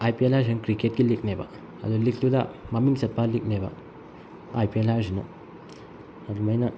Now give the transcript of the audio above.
ꯑꯥꯏ P L ꯍꯥꯏꯔꯤꯁꯤꯅ ꯀ꯭ꯔꯤꯀꯦꯠꯀꯤ ꯂꯤꯛꯅꯦꯕ ꯑꯗꯨ ꯂꯤꯛꯇꯨꯗ ꯃꯃꯤꯡ ꯆꯠꯄ ꯂꯤꯛꯅꯦꯕ ꯑꯥꯏ ꯄꯤ ꯑꯦꯜ ꯍꯥꯏꯔꯤꯁꯤꯅ ꯑꯗꯨꯃꯥꯏꯅ